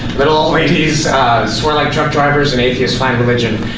little old ladies swear like truck drivers and atheists find religion.